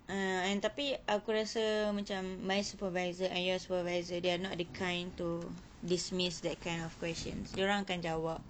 ah and tapi aku rasa macam my supervisor and your supervisor they are not the kind to dismiss that kind of questions dorang akan jawab